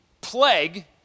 plague